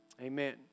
Amen